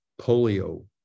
polio